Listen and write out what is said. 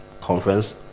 Conference